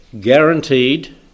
guaranteed